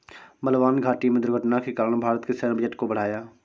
बलवान घाटी में दुर्घटना के कारण भारत के सैन्य बजट को बढ़ाया